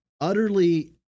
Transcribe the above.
utterly